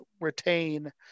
retain